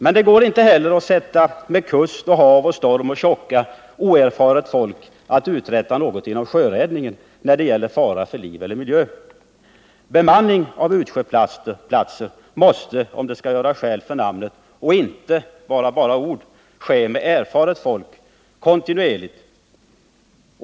Men det går inte heller att sätta med kust, hav, storm och tjocka oerfaret folk att uträtta något inom sjöräddningen när det gäller fara för liv eller miljö. Bemanning av utsjöplatser måste, om den skall göra skäl för namnet och inte bara vara ord, ske kontinuerligt med erfaret folk.